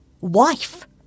wife